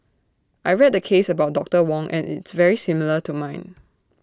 I read the case about doctor Wong and it's very similar to mine